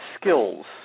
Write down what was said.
skills